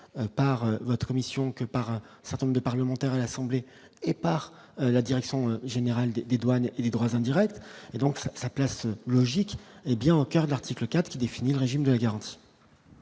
par votre commission que par un certain nombre de parlementaires à l'Assemblée et par la direction générale des douanes et les droits indirects et donc sa place logique et bien au coeur de l'article 4 qui défini le régime de garantie.